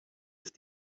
ist